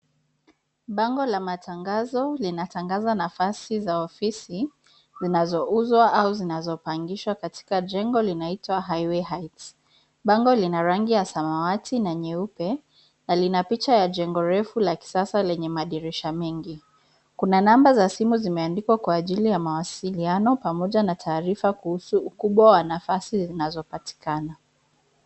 Bango la matangazo linatangaza nafasi za ofisi zinazouzwa au zinazopangishwa katika jengo linaitwa Highway Heights. Bango lina rangi ya samawati na nyeupe na lina picha ya jengo refu la kisasa lenye madirisha mengi. Kuna namba za simu zimeandikwa kwa ajili ya mawasiliano pamoja na taarifa kuhusu ukubwa wa nafasi zinazopatikana.